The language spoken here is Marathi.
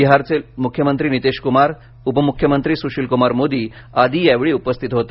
बिहारचे मुख्यमंत्री नितीशकुमार उपमुख्यमंत्री सुशीलकुमार मोदी आदी यावेळी उपस्थित होते